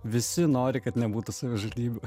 visi nori kad nebūtų savižudybių